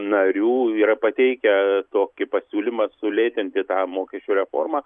narių yra pateikę tokį pasiūlymą sulėtinti tą mokesčių reformą